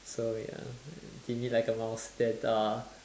so ya timid like a mouse then uh